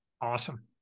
Awesome